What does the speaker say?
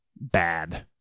bad